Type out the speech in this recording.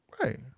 Right